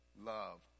Love